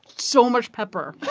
so much pepper